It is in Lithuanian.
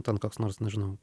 ten koks nors nežinau